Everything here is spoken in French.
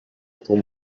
pour